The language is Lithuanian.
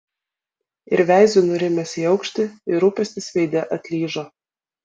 ir veiziu nurimęs į aukštį ir rūpestis veide atlyžo